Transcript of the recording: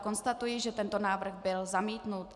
Konstatuji, že tento návrh byl zamítnut.